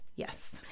Yes